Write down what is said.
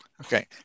Okay